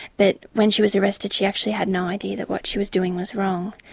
but when she was arrested she actually had no idea that what she was doing was wrong.